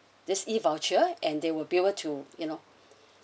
this E voucher and they would be able to you know